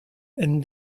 and